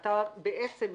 בעצם,